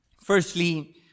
Firstly